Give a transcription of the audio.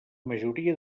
majoria